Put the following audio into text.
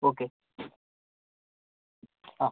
okay ആ